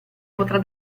potrà